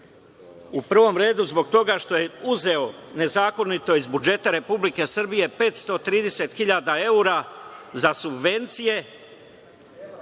u prvom redu zbog toga što je uzeo nezakonito iz budžeta Republike Srbije 530.000 evra za subvencije,